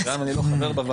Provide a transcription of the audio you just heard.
אז גם אם אני לא חבר בוועדה,